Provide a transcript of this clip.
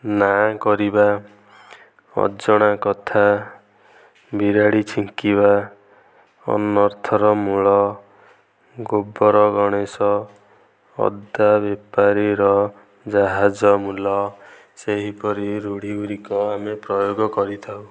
ନାଁ କରିବା ଅଜଣା କଥା ବିରାଡ଼ି ଛିଙ୍କିବା ଅନର୍ଥର ମୂଳ ଗୋବର ଗଣେଶ ଅଦା ବେପାରୀର ଜାହାଜ ମୂଲ ସେହିପରି ଋଢ଼ିଗୁଡ଼ିକ ଆମେ ପ୍ରୟୋଗ କରିଥାଉ